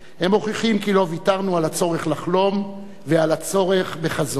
הם מוכיחים כי לא ויתרנו על הצורך לחלום ועל הצורך בחזון.